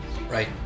right